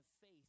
faith